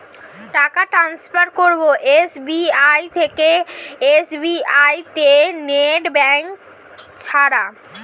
টাকা টান্সফার করব এস.বি.আই থেকে এস.বি.আই তে নেট ব্যাঙ্কিং ছাড়া?